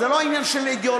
זה לא עניין של אידיאולוגיה.